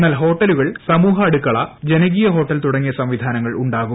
എന്നാൽ ഹോട്ടലുകൾ സമൂഹ അടുക്കള ജനകീയ ഹോട്ടൽ തുടങ്ങിയ സംവിധാനങ്ങളുണ്ടാകും